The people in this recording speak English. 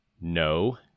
No